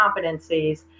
competencies